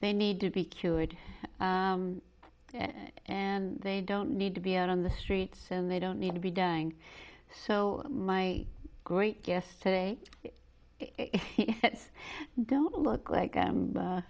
they need to be cured and they don't need to be out on the streets and they don't need to be dying so my great guests today don't look like